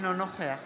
אינו נוכח